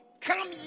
come